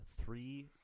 three